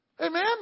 Amen